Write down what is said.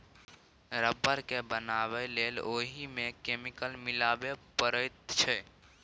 rubber केँ बनाबै लेल ओहि मे केमिकल मिलाबे परैत छै